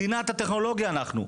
מדינת הטכנולוגיה אנחנו.